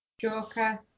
Joker